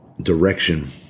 direction